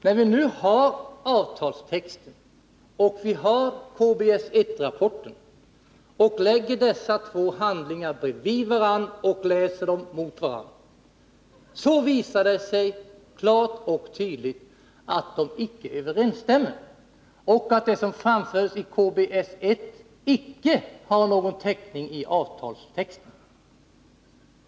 När vi nu har avtalstexten och KBS 1-rapporten, lägger dessa två handlingar bredvid varandra och läser dem mot varandra, visar det sig klart och tydligt att de icke överensstämmer och att det som framförs i KBS 1 icke har någon täckning i avtalstexten.